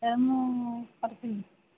sir ମୁଁ